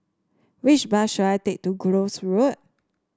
which bus should I take to Gul Road